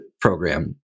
program